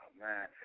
man